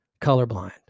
colorblind